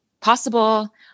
possible